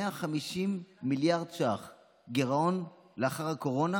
150 מיליארד ש"ח גירעון לאחר הקורונה,